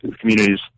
communities